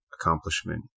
accomplishment